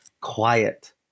quiet